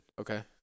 Okay